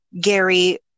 gary